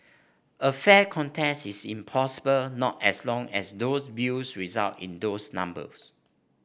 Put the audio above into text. a fair contest is impossible not as long as those views result in those numbers